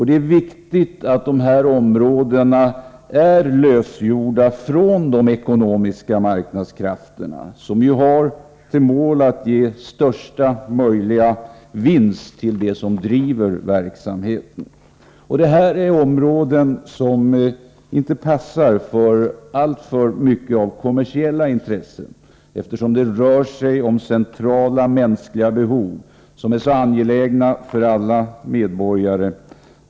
Det är viktigt att dessa områden är lösgjorda från de ekonomiska marknadskrafterna, som har till mål att ge största möjliga vinst till dem som driver verksamheten. Dessa områden passar inte för alltför mycket av kommersiella intressen, eftersom det rör sig om centrala mänskliga behov, som är så angelägna för alla medborgare.